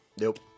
Nope